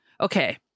Okay